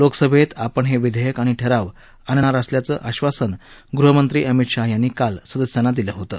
लोकसभेत आपण हे विधेयक आणि ठराव आणणार असल्याचं आश्वासन गृहमंत्री अमित शहा यांनी काल सदस्यांना दिलं होतं